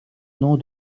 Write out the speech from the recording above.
nom